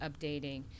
updating